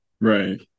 Right